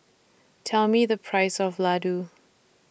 Tell Me The Price of Laddu